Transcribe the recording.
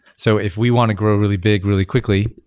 so, if we want to grow really big really quickly,